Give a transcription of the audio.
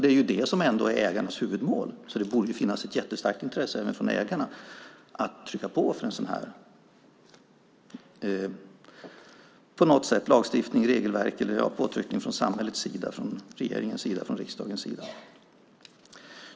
Det är ju det som är ägarnas huvudmål, och därför borde det finnas ett starkt intresse även för ägarna att få en lagstiftning, ett regelverk eller någon sorts påtryckning från samhällets, regeringens, riksdagens sida.